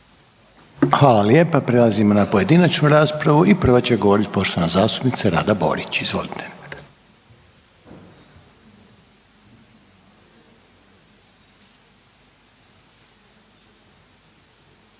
Hvala lijepa. Prelazimo na pojedinačnu raspravu i prava će govorit poštovana zastupnica Rada Borić. Izvolite.